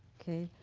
okay.